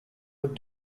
would